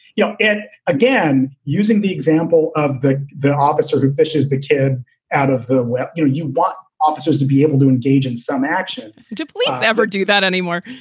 yeah again, using the example of the the officer who fishes the kid out of the well. you you want officers to be able to engage in some action to police ever do that anymore?